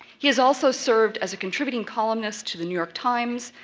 he has also served as a contributing columnist to the new york times,